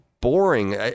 boring